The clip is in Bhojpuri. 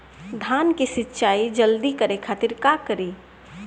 धान के सिंचाई जल्दी करे खातिर का करी?